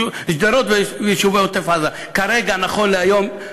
שדרות ויישובי עוטף-עזה, כרגע, נכון להיום,